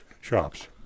shops